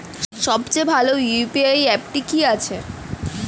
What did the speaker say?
সবচেয়ে ভালো ইউ.পি.আই অ্যাপটি কি আছে?